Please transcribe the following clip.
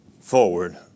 forward